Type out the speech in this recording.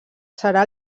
serà